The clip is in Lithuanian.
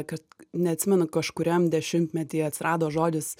kad neatsimenu kažkuriam dešimtmetyje atsirado žodis